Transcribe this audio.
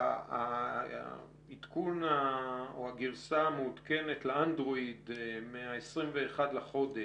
שהעדכון או הגרסה המעודכנת לאנדרואיד מה-21 לחודש,